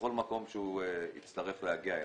לכל מקום שהוא יצטרך להגיע אליו,